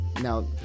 now